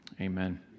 amen